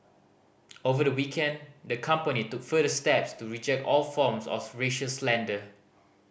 over the weekend the company took further steps to reject all forms of racial slander